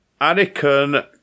Anakin